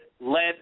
led